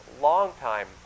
long-time